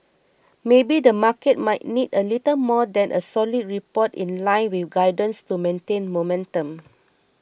maybe the market might need a little more than a solid report in line with guidance to maintain momentum